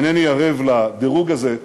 אינני ערב לדירוג הזה,